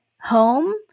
home